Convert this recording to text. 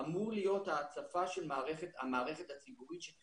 אמור להיות הצפה של המערכת הפסיכיאטרית